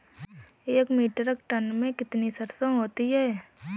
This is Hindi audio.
एक मीट्रिक टन में कितनी सरसों होती है?